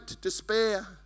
despair